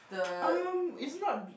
um it's not